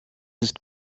ist